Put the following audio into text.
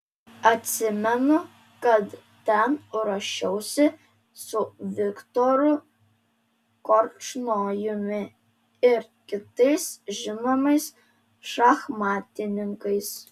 atsimenu kad ten ruošiausi su viktoru korčnojumi ir kitais žinomais šachmatininkais